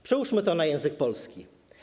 Przełóżmy to na język polski.